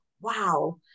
wow